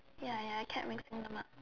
ya ya I kept mixing them up